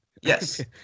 Yes